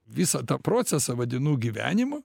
visą tą procesą vadinu gyvenimu